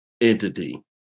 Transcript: entity